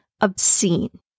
Obscene